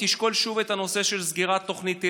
תשקול שוב את הנושא של סגירת תוכנית היל"ה.